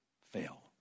fail